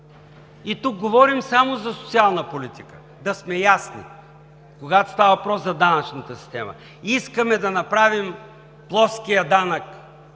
И тук говорим само за социална политика – да сме ясни, когато става въпрос за данъчната система. Искаме да направим плоския данък